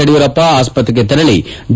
ಯಡಿಯೂರಪ್ಪ ಆಸ್ತತೆಗೆ ತೆರಳಿ ಡಿ